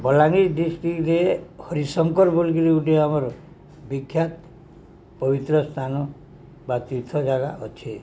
ବଲାଙ୍ଗୀର ଡିଷ୍ଟ୍ରିକ୍ଟରେ ହରିଶଙ୍କର ବୋଲିକରି ଗୋଟେ ଆମର ବିଖ୍ୟାତ ପବିତ୍ର ସ୍ଥାନ ବା ତୀର୍ଥ ଜାଗା ଅଛେ